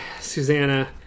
Susanna